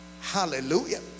Hallelujah